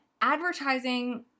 advertising